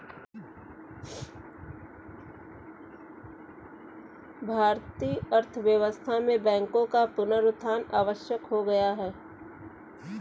भारतीय अर्थव्यवस्था में बैंकों का पुनरुत्थान आवश्यक हो गया है